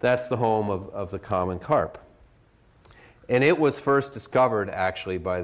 that's the home of the common carp and it was first discovered actually by